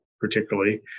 particularly